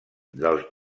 dels